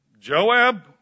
Joab